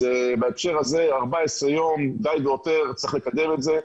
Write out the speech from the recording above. בהקשר הזה, 14 ימים די והותר וצריך לקדם את זה.